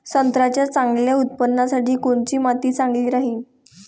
संत्र्याच्या चांगल्या उत्पन्नासाठी कोनची माती चांगली राहिनं?